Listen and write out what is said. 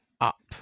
up